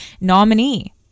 nominee